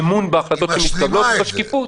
אמון בהחלטות שמתקבלות ובשקיפות.